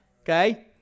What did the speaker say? Okay